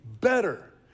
better